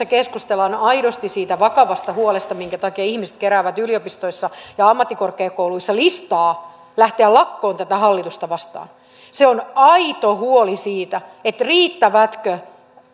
keskustellaan aidosti siitä vakavasta huolesta minkä takia ihmiset keräävät yliopistoissa ja ammattikorkeakouluissa listaa lähteäkseen lakkoon tätä hallitusta vastaan on aito huoli siitä riittävätkö